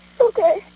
okay